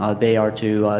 ah they are to